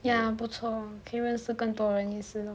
ya 不错可以认识更多人也是